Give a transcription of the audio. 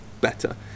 better